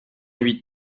huit